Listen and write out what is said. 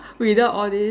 without all these